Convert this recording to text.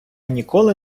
ніколи